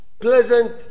pleasant